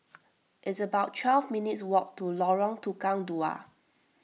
it's about twelve minutes' walk to Lorong Tukang Dua